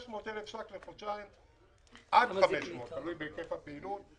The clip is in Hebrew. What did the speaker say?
עד 500,000 לחודשיים, תלוי בהיקף הפעילות.